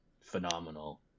phenomenal